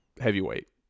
heavyweight